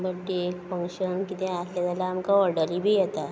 बड्डेक फंग्शन किदेंय आसलें जाल्यार आमकां ऑर्डरी बी येता